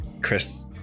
Chris